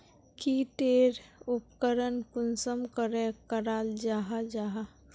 की टेर उपकरण कुंसम करे कराल जाहा जाहा?